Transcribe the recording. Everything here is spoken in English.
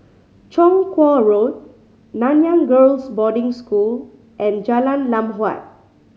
Chong Kuo Road Nanyang Girls' Boarding School and Jalan Lam Huat